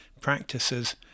practices